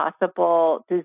possible